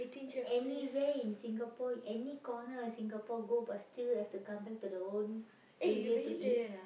anywhere in Singapore any corner of Singapore go but still have to come back to the own area to eat